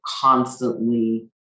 constantly